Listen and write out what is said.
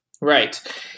Right